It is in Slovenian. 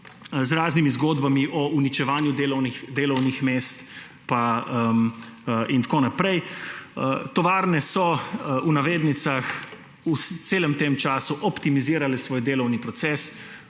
z raznimi zgodbami o uničevanju delovnih mest in tako naprej. Tovarne so, v navednicah, v celem tem času optimizirale svoj delovni proces,